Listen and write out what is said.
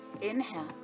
inhale